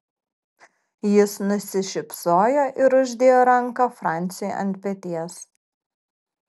jis nusišypsojo ir uždėjo ranką franciui ant peties